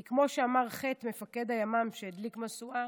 כי כמו שאמר ח', מפקד הימ"מ, שהדליק משואה,